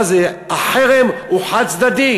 מה זה, החרם הוא חד-צדדי?